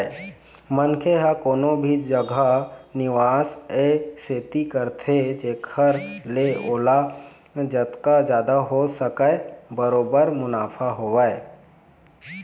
मनखे ह कोनो भी जघा निवेस ए सेती करथे जेखर ले ओला जतका जादा हो सकय बरोबर मुनाफा होवय